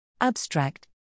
Abstract